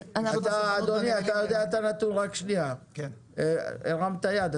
אדוני, הרמת יד.